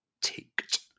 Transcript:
ticked